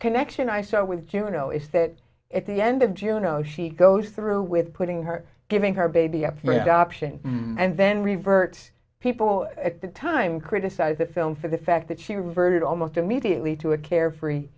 connection i saw with juno is sit at the end of june oh she goes through with putting her giving her baby up for adoption and then revert people at the time criticize the film for the fact that she reverted almost immediately to a carefree